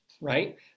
right